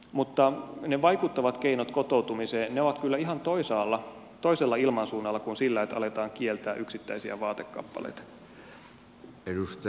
mutta ne vaikuttavat keinot kotoutumiseen ovat kyllä ihan toisaalla toisella ilmansuunnalla kuin sillä että aletaan kieltää yksittäisiä vaatekappaleita